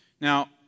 Now